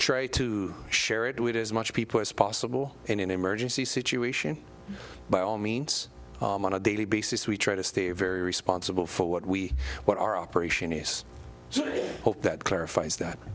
try to share it with as much people as possible in an emergency situation by all means on a daily basis we try to stay very responsible for what we what our operation ace so i hope that clarifies that